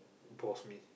pause me